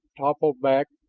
toppled back,